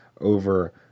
over